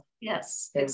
yes